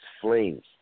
flames